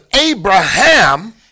Abraham